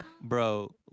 Bro